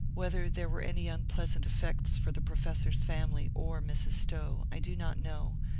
whether there were any unpleasant effects for the professor's family or mrs. stowe i do not know,